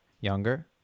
younger